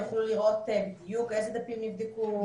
הם יוכלו לראות בדיוק איזה דפים נבדקו.